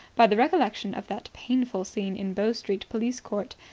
by the recollection of that painful scene in bow street police court.